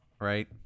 Right